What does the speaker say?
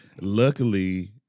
Luckily